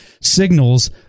signals